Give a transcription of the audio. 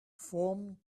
form